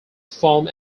form